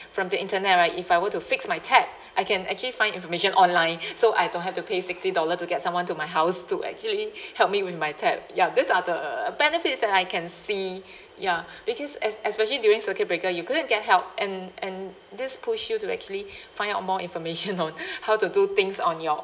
from the internet right if I were to fix my tap I can actually find information online so I don't have to pay sixty dollar to get someone to my house to actually help me with my tap ya these are the benefits that I can see ya because es~ especially during circuit breaker you couldn't get help and and this push you to actually find out more information on how to do things on your